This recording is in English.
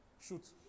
Shoot